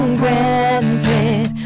granted